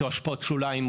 אשפות שוליים,